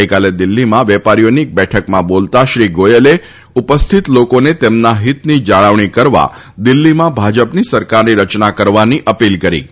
ગઇકાલે દિલ્હગીમાં વેપારીઓની એક બેઠકમાં બોલતા શ્રી ગોયલે ઉપસ્થિત લોકોને તેમના હિતની જાળવણી કરવા દિલ્ફીમાં ભાજપ સરકારની રચના કરવાની અપીલ કરી હતી